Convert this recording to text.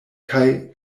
kaj